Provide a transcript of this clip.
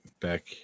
back